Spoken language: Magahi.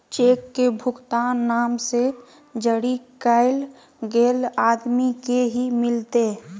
चेक के भुगतान नाम से जरी कैल गेल आदमी के ही मिलते